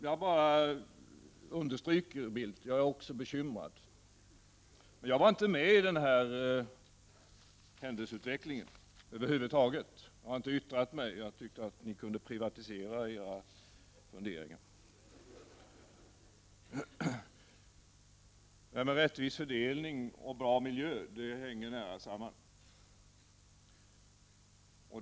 Jag bara understryker, Carl Bildt: Jag också är bekymrad. Jag var inte med i den här händelseutvecklingen över huvud taget. Jag har inte yttrat mig. Jag tyckte att ni kunde privatisera era funderingar. Rättvis fördelning och bra miljö hänger nära samman.